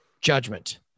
judgment